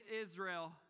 Israel